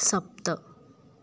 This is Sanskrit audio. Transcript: सप्त